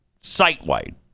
site-wide